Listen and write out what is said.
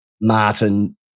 Martin